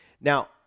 Now